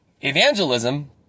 Evangelism